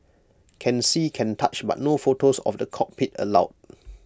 can see can touch but no photos of the cockpit allowed